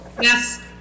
Yes